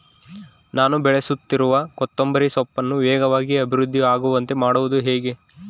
ನಾನು ಬೆಳೆಸುತ್ತಿರುವ ಕೊತ್ತಂಬರಿ ಸೊಪ್ಪನ್ನು ವೇಗವಾಗಿ ಅಭಿವೃದ್ಧಿ ಆಗುವಂತೆ ಮಾಡುವುದು ಹೇಗೆ?